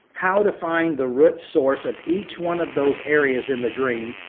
how to find the root source of each one of those areas in the dream,